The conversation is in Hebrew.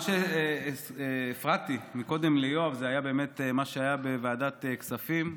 מה שהפרעתי קודם ליואב זה היה מה שהיה בוועדת כספים,